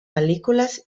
pel·lícules